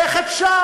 איך אפשר,